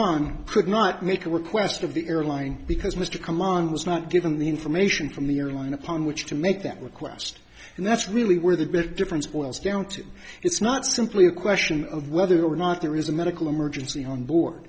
could not make a request of the airline because mr command was not given the information from the airline upon which to make that request and that's really where the difference boils down to it's not simply a question of whether or not there is a medical emergency on board